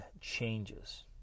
changes